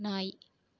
நாய்